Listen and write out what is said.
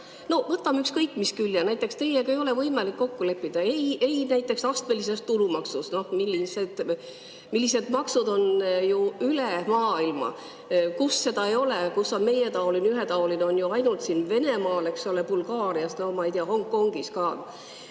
No võtame ükskõik mis külje. Näiteks teiega ei ole võimalik kokku leppida astmelises tulumaksus, milline on ju üle maailma. Kus seda ei ole, kus on meietaoline, ühetaoline, on veel ainult Venemaal, Bulgaarias, ma ei tea, Hongkongis ka.